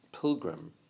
Pilgrim